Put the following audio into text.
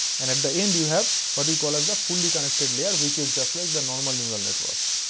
and at the end you have what we call as a fully connected layer, which is just like the normal neural networks.